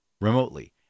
remotely